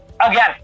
again